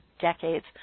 decades